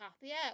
happier